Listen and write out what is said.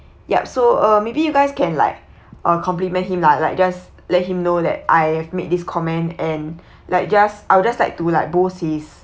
yup so uh maybe you guys can like uh compliment him lah like just let him know that I've made this comment and like just I would just like to like boost his